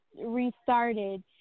restarted